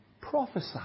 prophesy